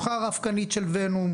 מדוכה רב קנית של ונום,